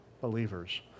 Believers